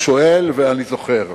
הוא שואל, ואני זוכר.